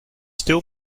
still